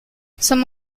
some